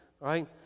right